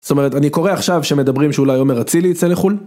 זאת אומרת אני קורא עכשיו שמדברים שאולי עומר אצילי יצא לחול